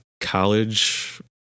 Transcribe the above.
college